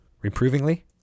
Reprovingly